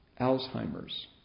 Alzheimer's